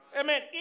Amen